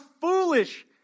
foolish